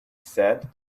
said